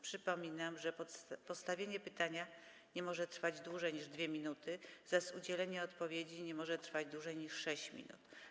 Przypominam, że postawienie pytania nie może trwać dłużej niż 2 minuty, zaś udzielenie odpowiedzi nie może trwać dłużej niż 6 minut.